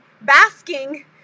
basking